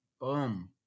Boom